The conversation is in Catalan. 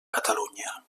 catalunya